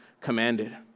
commanded